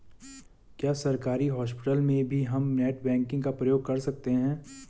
क्या सरकारी हॉस्पिटल में भी हम नेट बैंकिंग का प्रयोग कर सकते हैं?